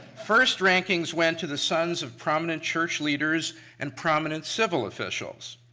first rankings went to the sons of prominent church leaders and prominent civil officials.